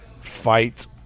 fight